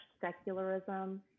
secularism